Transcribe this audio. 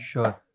Sure